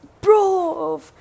bro